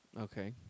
Okay